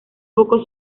poco